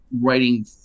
writing